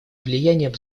влиянием